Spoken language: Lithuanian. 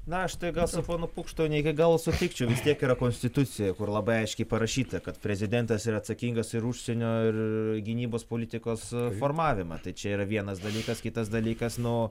na aš tai gal su ponu pukšto ne iki galo sutikčiau vis tiek yra konstitucija kur labai aiškiai parašyta kad prezidentas yra atsakingas ir užsienio ir gynybos politikos formavimą tai čia yra vienas dalykas kitas dalykas nu